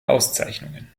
auszeichnungen